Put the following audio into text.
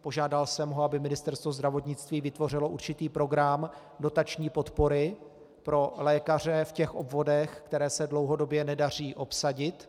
Požádal jsem ho, aby Ministerstvo zdravotnictví vytvořilo určitý program dotační podpory pro lékaře v těch obvodech, které se dlouhodobě nedaří obsadit.